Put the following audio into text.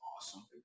awesome